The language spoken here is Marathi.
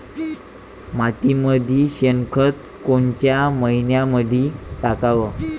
मातीमंदी शेणखत कोनच्या मइन्यामंधी टाकाव?